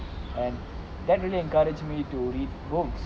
and that really encouraged me to read books